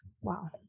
wow